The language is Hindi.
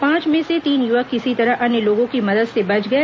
पांच में से तीन युवक किसी तरह अन्य लोगों की मदद से बच गए